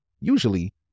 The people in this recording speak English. Usually